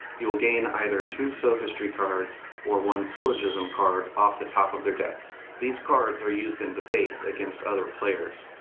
you will gain either two sophistry cards or one syllogism card off the top of their decks. these cards are used in debates against other players,